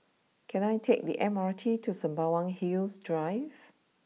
can I take the M R T to Sembawang Hills Drive